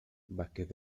vásquez